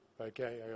Okay